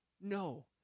no